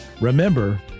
remember